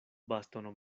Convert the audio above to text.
bastono